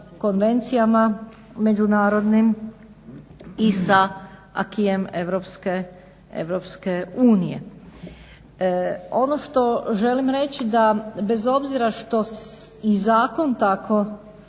konvencijama i sa acquisom EU. Ono što želim reći da bez obzira što i zakon tako